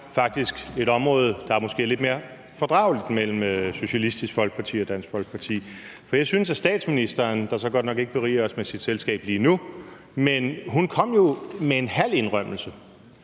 faktisk et område, hvor der måske er lidt mere fordragelighed mellem Socialistisk Folkeparti og Dansk Folkeparti. For jeg synes, at statsministeren, der så godt nok ikke beriger os med sit selskab lige nu, jo kom med en halv indrømmelse